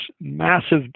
massive